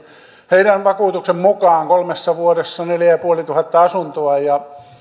heidän vakuutuksensa mukaan kolmessa vuodessa neljätuhattaviisisataa asuntoa ja